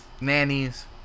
Nannies